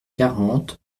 quarante